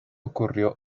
ocurrió